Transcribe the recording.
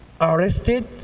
arrested